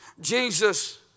Jesus